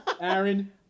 Aaron